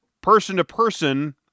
person-to-person